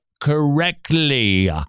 correctly